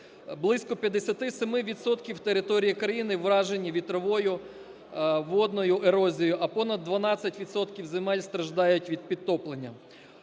Близько 57 відсотків території країни вражені вітровою, водною ерозією, а понад 12 відсотків земель страждають від підтоплення.